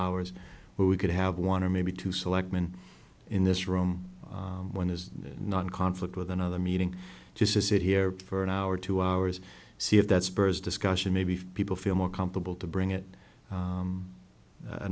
hours but we could have one or maybe two selectman in this room one is not in conflict with another meeting just to sit here for an hour or two hours see if that spurs discussion maybe people feel more comfortable to bring it